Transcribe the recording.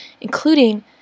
including